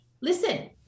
listen